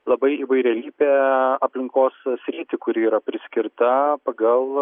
labai įvairialypę aplinkos sritį kuri yra priskirta pagal